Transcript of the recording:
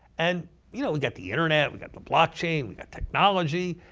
and you know we got the internet. we got the blockchain. we got technology.